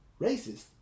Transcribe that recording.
Racist